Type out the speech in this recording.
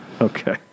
Okay